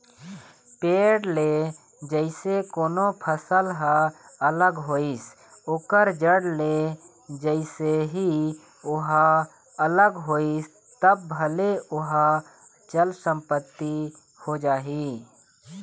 पेड़ ले जइसे कोनो फसल ह अलग होइस ओखर जड़ ले जइसे ही ओहा अलग होइस तब भले ओहा चल संपत्ति हो जाही